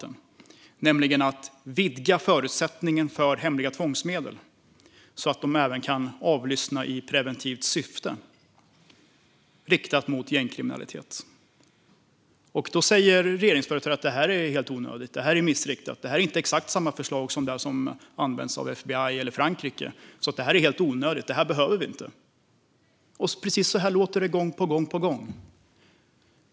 Det handlar om att vidga möjligheterna att använda hemliga tvångsmedel, så att man även kan avlyssna i preventivt syfte, riktat mot gängkriminalitet. Då säger regeringsföreträdare att det här är helt onödigt och missriktat och att det som föreslås inte är exakt det som används av FBI eller Frankrike. Därför är det helt onödigt, och vi behöver det inte. Precis så låter det gång på gång.